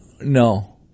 No